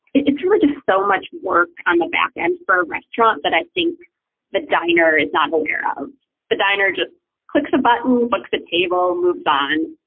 it's really just so much work on the back end for a restaurant that i think the diner is not whole area of the diner. just click the button, lock the table moves on.